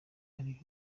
ari